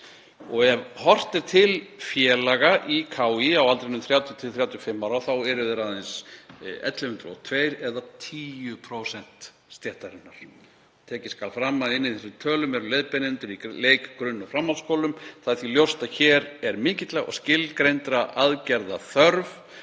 og ef horft er til félaga í KÍ á aldrinum 30–35 ára eru þeir aðeins 1.102 eða 10% stéttarinnar. Tekið skal fram að inn í þessum tölum eru leiðbeinendur í leik-, grunn- og framhaldsskólum. Það er því ljóst að hér er mikilla og skilgreindra aðgerða þörf.“